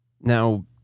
Now